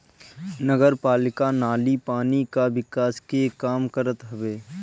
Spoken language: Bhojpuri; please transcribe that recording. नगरपालिका नाली पानी कअ निकास के काम करत हवे